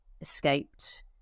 escaped